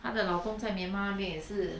她的老公在 myanmar 那边也是